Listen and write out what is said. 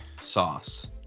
sauce